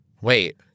Wait